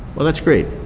well that's great.